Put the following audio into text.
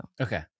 Okay